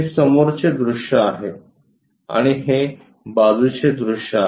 हे समोरचे दृश्य आहे आणि हे बाजूचे दृश्य आहे